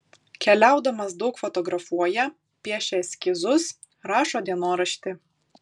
keliaudamas daug fotografuoja piešia eskizus rašo dienoraštį